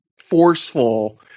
forceful